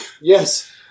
Yes